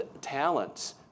talents